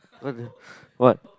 what if what